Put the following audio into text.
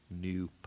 new